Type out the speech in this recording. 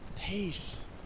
peace